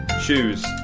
Shoes